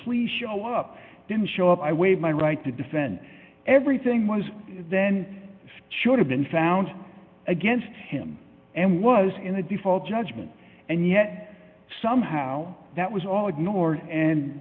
please show up didn't show up i waive my right to defend everything was then i should have been found against him and was in a default judgment and yet somehow that was all ignored and